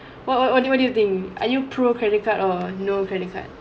what what do what do you think are you pro credit card or no credit card